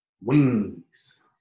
Wings